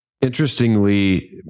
Interestingly